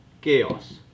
chaos